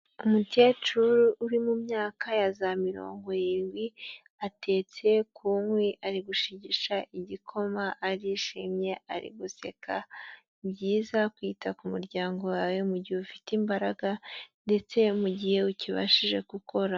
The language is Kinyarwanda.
Umukecuru uri mu myaka ya za mirongo irindwi atetse ku nkwi ari gushigisha igikoma arishimye ari guseka, ni byiza kwita ku muryango wawe mu gihe ufite imbaraga ndetse mu gihe ukibashije gukora.